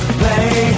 play